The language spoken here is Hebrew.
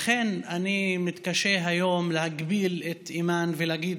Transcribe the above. לכן אני מתקשה היום להגביל את אימאן ולהגיד